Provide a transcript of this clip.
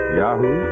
yahoo